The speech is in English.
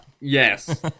Yes